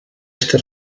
este